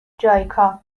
جایکا